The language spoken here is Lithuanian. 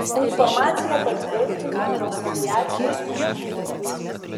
informaciją patvirtino rosaviacijos pašnekovas